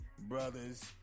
brothers